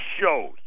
shows